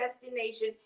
destination